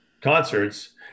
concerts